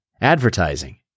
advertising